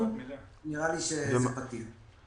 נראה לי שזה פתיר.